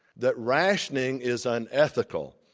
that rationing is unethical,